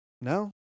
No